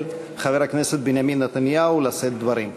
חבר הכנסת בנימין נתניהו לשאת דברים.